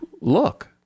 look